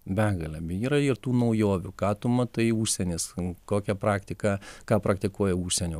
begalė yra ir tų naujovių ką tu matai užsienis kokią praktiką ką praktikuoja užsienio